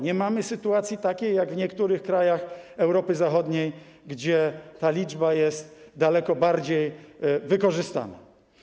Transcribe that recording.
Nie mamy sytuacji takiej jak w niektórych krajach Europy Zachodniej, gdzie ta liczba jest daleko bardziej wykorzystana.